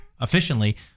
Efficiently